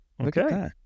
okay